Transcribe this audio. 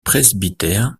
presbytère